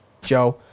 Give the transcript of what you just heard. Joe